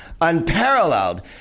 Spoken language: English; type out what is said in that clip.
unparalleled